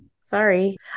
sorry